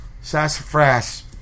Sassafras